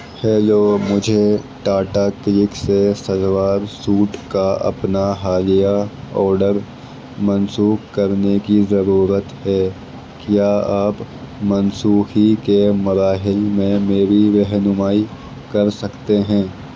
hello مجھے Tata CLiQ سے salwar suit کا اپنا حالیہ آڈر منسوخ کرنے کی ضرورت ہے کیا آپ منسوخی کے مراحل میں میری رہنمائی کر سکتے ہیں